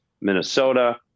Minnesota